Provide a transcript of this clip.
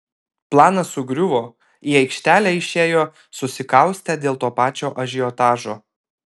planas sugriuvo į aikštelę išėjo susikaustę dėl to pačio ažiotažo